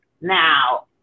Now